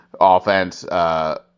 offense